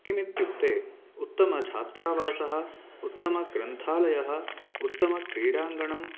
किमित्युक्ते उत्तमछात्रावासः उत्तमग्रन्थालयः उत्तमक्रीडाङ्गणम्